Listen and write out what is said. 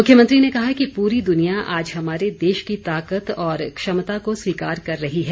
मुख्यमंत्री ने कहा कि पूरी दुनिया आज हमारे देश की ताकत और क्षमता को स्वीकार कर रही है